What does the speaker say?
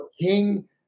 king